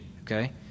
Okay